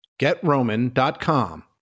GetRoman.com